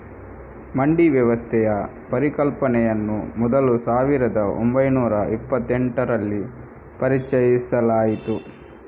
ಮಂಡಿ ವ್ಯವಸ್ಥೆಯ ಪರಿಕಲ್ಪನೆಯನ್ನು ಮೊದಲು ಸಾವಿರದ ಓಂಬೈನೂರ ಇಪ್ಪತ್ತೆಂಟರಲ್ಲಿ ಪರಿಚಯಿಸಲಾಯಿತು